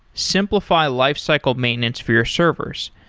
simplify lifecycle maintenance for your servers.